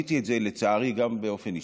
חוויתי את זה, לצערי, גם באופן אישי.